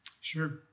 Sure